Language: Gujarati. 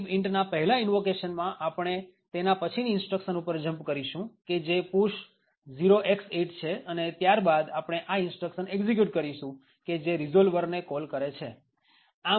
આમ set mylib intના પહેલા ઈનવોકેશન માં આપણે તેના પછીની instruction ઉપર jump કરીશું કે જે push 0x8 છે અને ત્યારબાદ આપણે આ instruction એક્ષિક્યુટ કરીશું જે રીઝોલ્વર ને કોલ કરે છે